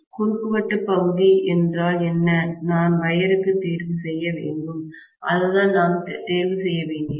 குறுக்குவெட்டு பகுதி என்றால் என்ன நான் வயருக்கு தேர்வு செய்ய வேண்டும் அதுதான் நாம் தேர்வு செய்ய வேண்டியது